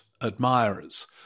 admirers